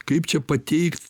kaip čia pateikt